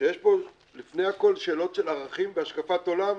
שיש פה לפני הכול שאלות של ערכים ושל השקפת עולם,